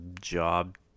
job